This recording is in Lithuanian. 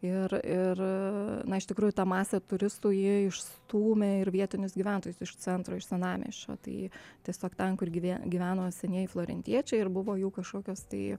ir ir na iš tikrųjų ta masė turistų išstūmė ir vietinius gyventojus iš centro iš senamiesčio tai tiesiog ten kur gyvi gyveno senieji florintiečiai ir buvo jų kažkokios tai